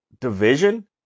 division